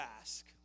ask